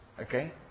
Okay